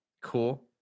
Cool